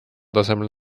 tasemel